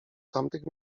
tamtych